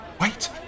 Wait